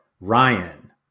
Ryan